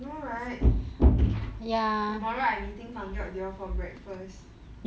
you know right tomorrow I meeting for breakfast you couldn't McDonald right yes me okay 我们可以去找你们吗不为什么